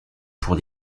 pour